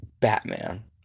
Batman